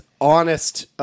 honest